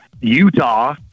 Utah